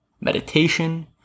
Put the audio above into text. meditation